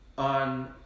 On